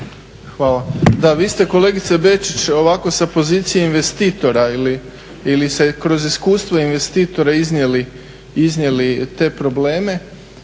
Hvala. Da, vi ste kolegice Bečić ovako sa pozicije investitora ili se kroz iskustvo investitora iznijeli te probleme.